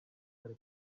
kare